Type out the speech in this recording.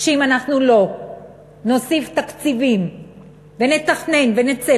שאם אנחנו לא נוסיף תקציבים ונתכנן ונצא